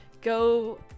Go